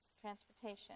transportation